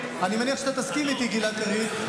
גלעד קריב,